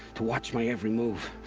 to watch my every move.